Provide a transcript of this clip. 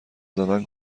زدن